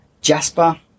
Jasper